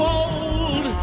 old